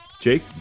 Jake